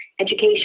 education